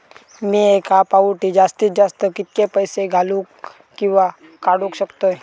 मी एका फाउटी जास्तीत जास्त कितके पैसे घालूक किवा काडूक शकतय?